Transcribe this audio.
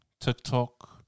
TikTok